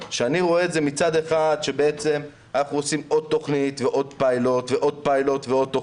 כשאני רואה מצד אחד שיש עוד תכנית ועוד פיילוט ועד תכנית,